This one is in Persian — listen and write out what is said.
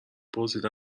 پرسید